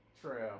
True